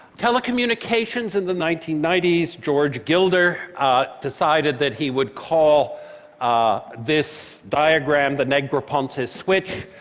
telecommunications in the nineteen ninety s, george gilder decided that he would call ah this diagram the negroponte switch.